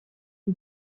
lui